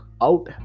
out